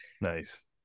nice